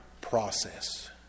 process